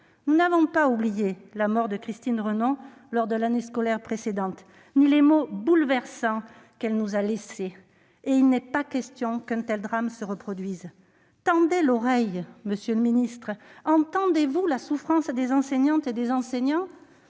Nous n'avons pas oublié la mort de Christine Renon lors de l'année scolaire précédente ni les mots bouleversants qu'elle nous a laissés. Il n'est pas question qu'un tel drame se reproduise. Tendez l'oreille, monsieur le ministre ! Entendez-vous la souffrance des enseignantes et des enseignants ?